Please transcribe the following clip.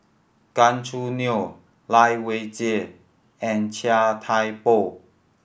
Gan Choo Neo Lai Weijie and Chia Thye Poh